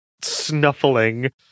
snuffling